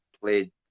played